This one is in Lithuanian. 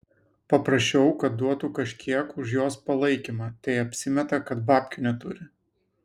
paprašiau kad duotų kažkiek už jos palaikymą tai apsimeta kad babkių neturi